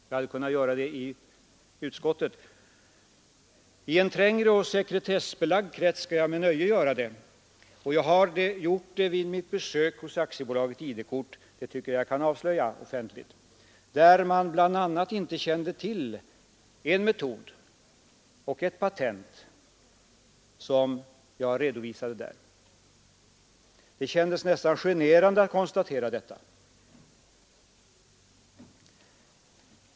Jag hade kunnat göra det i utskottet, och i en trängre och sekretessbelagd krets skall jag med nöje göra det. Jag har gjort det vid mitt besök hos Aktiebolaget ID-kort; det tycker jag att jag kan avslöja offentligt. Där kände man bl.a. inte till en metod och ett patent som jag redovisade. Det kändes nästan generande att konstatera detta.